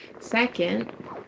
Second